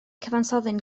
cyfansoddyn